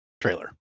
trailer